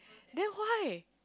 then why